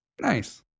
Nice